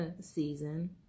season